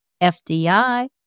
FDI